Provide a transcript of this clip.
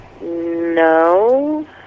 No